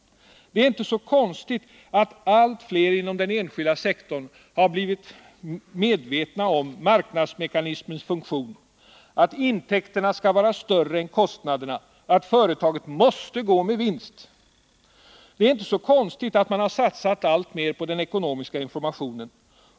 Det är inte så konstigt att allt fler inom den enskilda sektorn har blivit medvetna om marknadsmekanismens funktion, att intäkterna skall vara större än kostnaderna, att företaget måste gå med vinst. Det är inte så konstigt att man har satsat alltmer på den ekonomiska informationen.